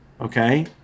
Okay